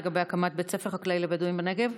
לגבי הקמת בית ספר חקלאי לבדואים בנגב?